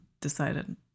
decided